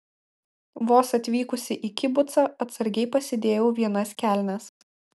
vos atvykusi į kibucą atsargai pasidėjau vienas kelnes